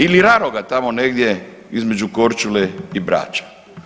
Ili raroga tamo negdje između Korčule i Brača?